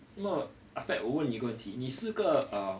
那 ah fat 我问你个问题你是个 uh